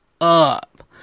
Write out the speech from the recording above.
up